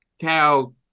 cow